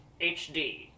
HD